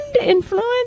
influence